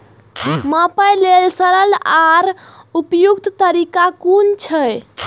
मापे लेल सरल आर उपयुक्त तरीका कुन छै?